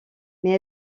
mais